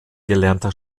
gelernter